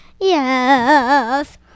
Yes